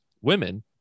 women